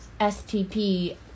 STP